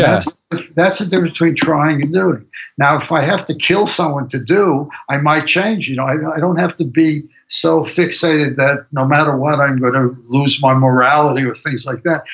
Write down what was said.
that's that's the difference between trying and doing now, if i have to kill someone to do, i might change. you know i and i don't have to be so fixated that no matter what i'm going to lose my morality or things like that.